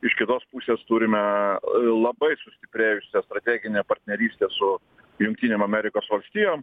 iš kitos pusės turime labai sustiprėjusią strateginę partnerystę su jungtinėm amerikos valstijom